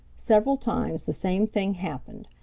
several times the same thing happened.